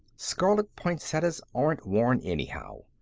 scarlet poinsettias aren't worn, anyhow.